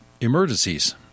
emergencies